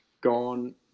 gone